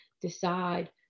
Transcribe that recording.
Decide